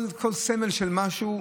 וכל סמל של משהו,